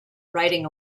writing